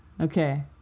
Okay